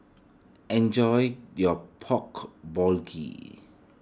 enjoy your Pork